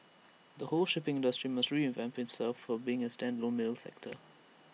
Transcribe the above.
the whole shipping industry must revamp itself from being A standalone middle sector